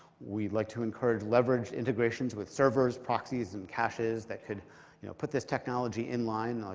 we'd like to encourage leverage integrations with servers, proxies, and caches that could you know put this technology inline.